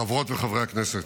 חברות וחברי הכנסת,